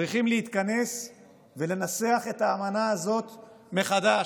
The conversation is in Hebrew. צריכים להתכנס ולנסח את האמנה הזאת מחדש.